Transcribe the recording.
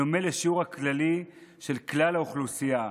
בדומה לשיעור הכללי של כלל האוכלוסייה,